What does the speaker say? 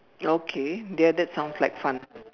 okay dear that sounds like fun